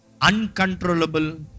Uncontrollable